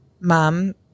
Mom